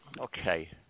okay